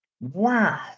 wow